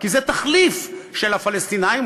כי זה תחליף של הפלסטינים,